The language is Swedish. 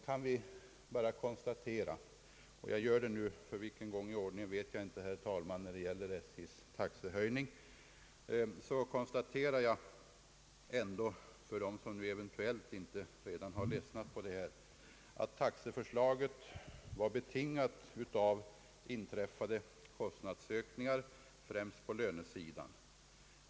Jag vill nu, herr talman, för vilken gång i ordningen vet jag inte, för dem som eventuellt inte redan har ledsnat på detta förklara att taxeförslaget var betingat av inträffade kostnadsökningar, främst på lönesidan.